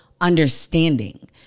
understanding